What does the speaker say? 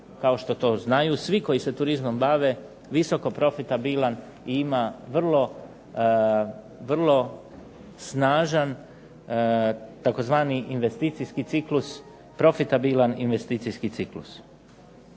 kao što to znaju svi koji se turizmom bave visoko profitabilan i ima vrlo snažan tzv. investicijski ciklus, profitabilan investicijski ciklus.